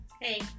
Hey